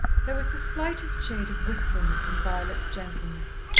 there was the slightest shade of wistfulness in violet's gentleness.